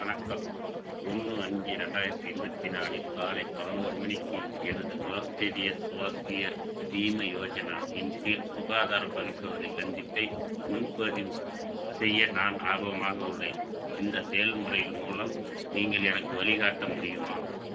வணக்கம் ஒன்று அஞ்சு ரெண்டாயிரத்தி இருபத்தி நாலில் காலை பதினொரு மணிக்கு எனது ராஷ்டிரிய ஸ்வஸ்திய பீமா யோஜனா இன் கீழ் சுகாதார பரிசோதனை சந்திப்பை முன்பதிவு செய்ய நான் ஆர்வமாக உள்ளேன் இந்தச் செயல்முறையில் மூலம் நீங்கள் எனக்கு வழிகாட்ட முடியுமா